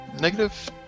Negative